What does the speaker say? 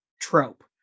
trope